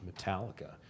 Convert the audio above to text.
Metallica